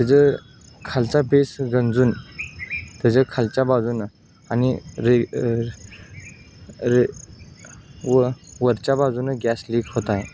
त्याच्या खालचा बेस गंजून त्याच्या खालच्या बाजूनं आणि रे रे व वरच्या बाजूनं गॅस लीक होत आहे